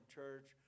church